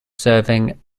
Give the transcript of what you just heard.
serving